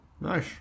Nice